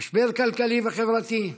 משבר כלכלי וחברתי,